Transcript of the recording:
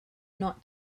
not